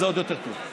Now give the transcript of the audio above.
זה עוד יותר טוב.